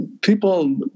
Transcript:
people